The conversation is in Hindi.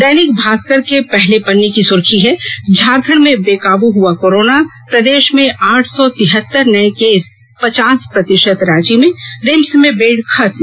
दैनिक भास्कर के पहले पन्ने की सुर्खी है झारखंड में बेकाबू हुआ कोरोना प्रदेश में आठ सौ तिहत्तर नए केस पचास प्रतिशत रांची में रिम्स में बेड खत्म